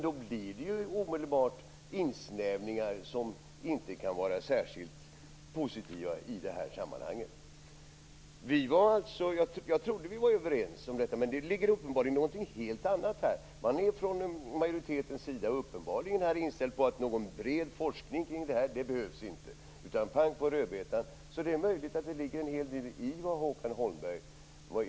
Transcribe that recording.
Då blir det omedelbart insnävningar som inte kan vara särskilt positiva i sammanhanget. Jag trodde vi var överens om detta. Men det finns uppenbarligen något helt annat här. Majoriteten är uppenbarligen inställd på att det inte behövs någon brett inriktad forskning. Pang på rödbetan! Det är möjligt att det ligger något i det Håkan Holmberg sade.